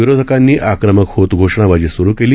विरोधकांनी आक्रमक होत घोषणाबाजी सुरू केली